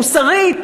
מוסרית,